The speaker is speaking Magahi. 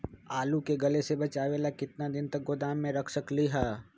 आलू के गले से बचाबे ला कितना दिन तक गोदाम में रख सकली ह?